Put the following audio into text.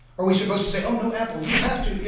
are we supposed to say, oh, no, apple, you have to,